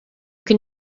can